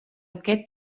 aquest